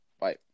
Bye